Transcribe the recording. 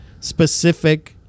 specific